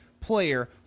player